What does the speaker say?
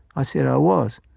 i said i was.